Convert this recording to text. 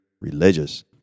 religious